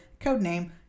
codename